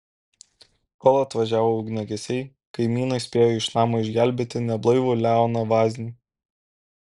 kol atvažiavo ugniagesiai kaimynai spėjo iš namo išgelbėti neblaivų leoną vaznį